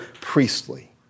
priestly